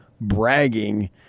bragging